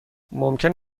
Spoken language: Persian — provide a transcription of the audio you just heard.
ممکن